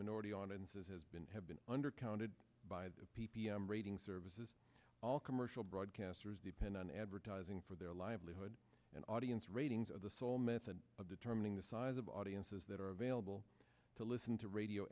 minority on and says has been have been undercounted by the p p m rating services all commercial broadcasters depend on advertising for their livelihood and audience ratings are the sole method of determining the size of audiences that are available to listen to radio